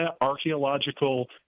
archaeological